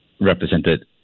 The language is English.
represented